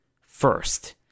first